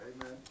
Amen